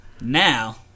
Now